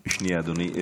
שנייה, אדוני.